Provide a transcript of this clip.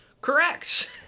Correct